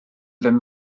ddim